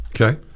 Okay